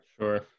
Sure